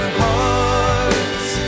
hearts